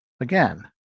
again